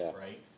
right